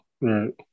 Right